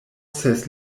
ses